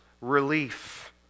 relief